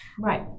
Right